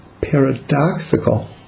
paradoxical